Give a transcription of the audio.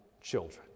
children